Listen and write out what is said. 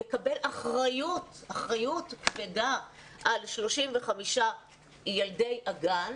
יקבל אחריות כבדה על 35 ילדי הגן